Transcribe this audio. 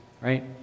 Right